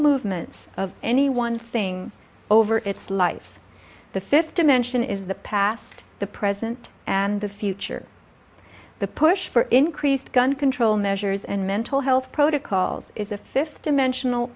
movements of any one thing over its life the fifth dimension is the past the present and the future the push for increased gun control measures and mental health protocols is a fifth dimensional